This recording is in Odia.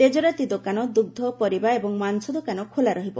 ତେଜରାତି ଦୋକାନ ଦୁଗ୍ଧ ପରିବା ଏବଂ ମାଂସ ଦୋକାନ ଖୋଲା ରହିବ